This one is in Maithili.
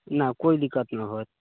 नहि कोइ दिक्कत नहि होएत